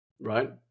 right